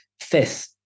fifth